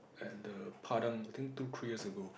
at the Padang I think two three years ago